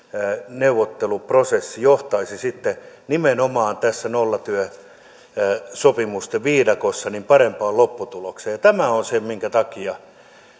neuvotteluprosessi johtaisi sitten nimenomaan tässä nollatyösopimusten viidakossa parempaan lopputulokseen tämä on se minkä takia